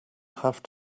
have